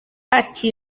ati